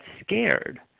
scared